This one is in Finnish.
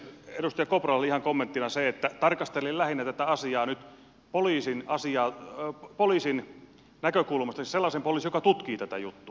edustaja kopralle ihan kommenttina se että tarkastelin tätä asiaa lähinnä nyt poliisin näkökulmasta siis sellaisen poliisin joka tutkii tätä juttua